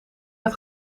het